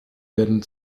werden